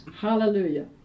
Hallelujah